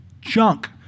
junk